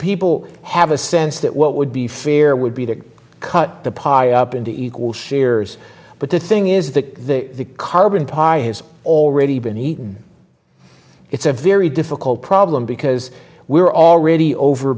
people have a sense that what would be fair would be to cut the pio up into equal shares but the thing is that the carbon pie has already been eaten it's a very difficult problem because we are already over